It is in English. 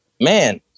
man